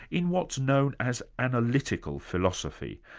in what's known as analytical philosophy.